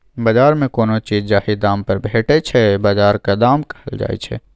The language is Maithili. बजार मे कोनो चीज जाहि दाम पर भेटै छै बजारक दाम कहल जाइ छै